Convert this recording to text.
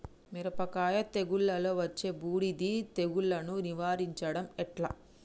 మిరపకాయ తెగుళ్లలో వచ్చే బూడిది తెగుళ్లను నివారించడం ఎట్లా?